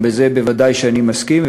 לזה בוודאי שאני מסכים,